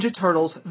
Turtles